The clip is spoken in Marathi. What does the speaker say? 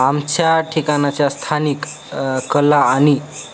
आमच्या ठिकाणाच्या स्थानिक कला आणि